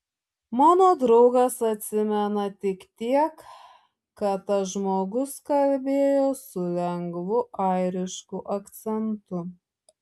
mano draugas atsimena tik tiek kad tas žmogus kalbėjo su lengvu airišku akcentu